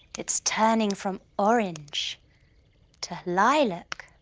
it's turning from orange to lilac,